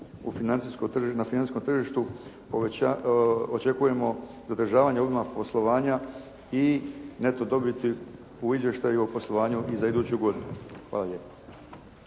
na financijskom tržištu, očekujemo zadržavanje obima poslovanja i neto dobiti u izvještaju o poslovanju i za iduću godinu. Hvala lijepo.